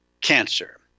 cancer